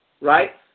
right